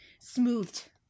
smoothed